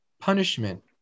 punishment